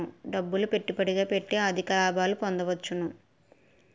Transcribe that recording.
డబ్బులు పెట్టుబడిగా పెట్టి అధిక లాభాలు పొందవచ్చును